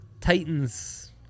Titans